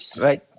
Right